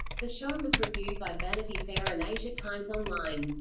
the show was reviewed by vanity fair and asia times online.